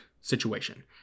situation